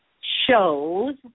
shows